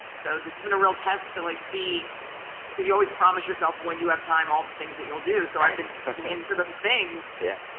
so this has been a real test to, like, see because you always promise yourself when you have time all the things that you'll do, so i've been digging into those things yeah.